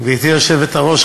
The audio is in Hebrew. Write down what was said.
גברתי היושבת-ראש,